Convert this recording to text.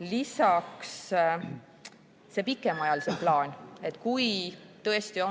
Lisaks, see pikemaajaline plaan. Kui tõesti